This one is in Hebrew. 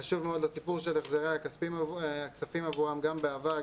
קשוב מאוד לסיפור של החזרי הכספים עבורם גם בעבר,